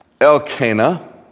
Elkanah